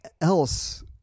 else